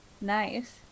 Nice